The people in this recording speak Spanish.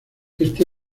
éste